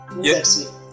Yes